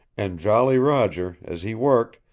and jolly roger, as he worked,